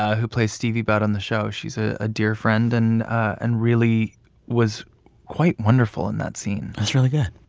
ah who plays stevie budd on the show. she's a ah dear friend and and really was quite wonderful in that scene that's really good.